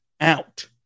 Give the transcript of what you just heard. out